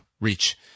reach